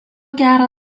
gerą